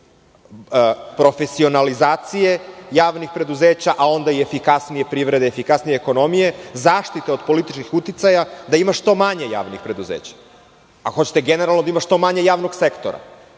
profesionalizacije javnih preduzeća, a onda i efikasnije privrede, efikasnije ekonomije. Zaštite od političkih uticaja, da je ima što manje javnih preduzeća. Ako hoćete generalno da ima što manje javnog sektora